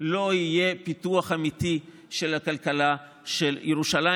לא יהיה פיתוח אמיתי של הכלכלה של ירושלים,